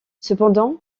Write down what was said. cependant